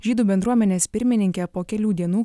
žydų bendruomenės pirmininkė po kelių dienų